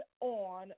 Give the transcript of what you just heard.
on